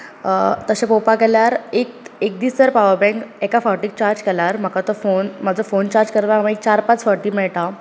तशें पळोवपाक गेल्यार एक एक दीस जर पावर बँक एका फावटी चार्ज केल्यार म्हाका तो फोन म्हाजो फोन चार्ज करपाक एक चार पांच फावटीं मेळटा